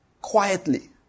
Quietly